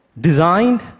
designed